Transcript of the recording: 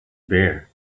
beer